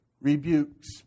rebukes